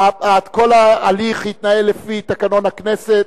כל ההליך התנהל לפי תקנון הכנסת.